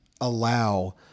allow